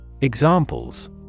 Examples